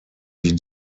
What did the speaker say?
sich